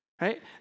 right